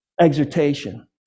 exhortation